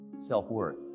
self-worth